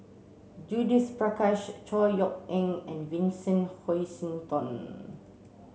Judith Prakash Chor Yeok Eng and Vincent Hoisington